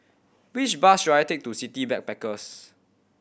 which bus should I take to City Backpackers